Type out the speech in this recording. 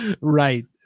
Right